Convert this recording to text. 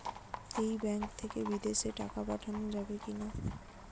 এই ব্যাঙ্ক থেকে বিদেশে টাকা পাঠানো যাবে কিনা?